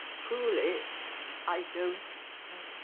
truly i don't know.